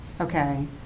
Okay